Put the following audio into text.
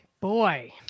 Boy